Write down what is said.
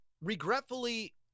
regretfully